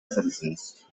citizens